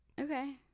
okay